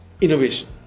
innovation